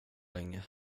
länge